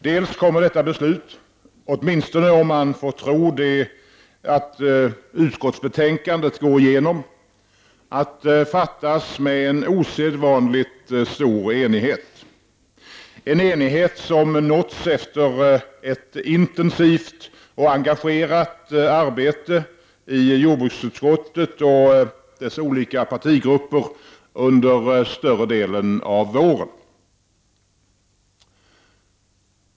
Dels kommer detta beslut, åtminstone om man får tro att utskottsbetänkandet går igenom, att fattas med en osedvanligt stor enighet, en enighet som nåtts efter ett intensivt och engagerat arbete i jordbruksutskottet och dess olika partigrupper under större delen av våren.